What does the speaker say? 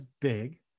big